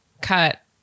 cut